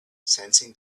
sensing